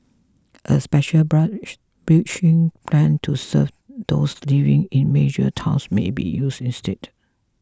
a special bus bridging plan to serve those living in major towns may be used instead